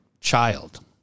child